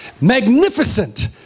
magnificent